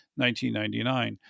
1999